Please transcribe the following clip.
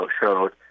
showed